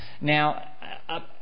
Now